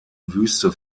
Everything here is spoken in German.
wüste